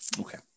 Okay